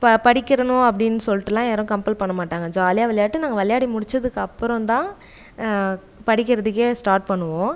அப்போ படிக்கிறனோ அப்படினு சொல்லிட்டுலா யாரும் கம்பல் பண்ண மாட்டாங்கள் ஜாலியாக விளையாட்டு நாங்கள் விளையாடி முடிச்சதுக்கு அப்புறோம் தான் படிக்கிறதுக்கே ஸ்டாட் பண்ணுவோம்